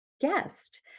guest